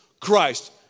Christ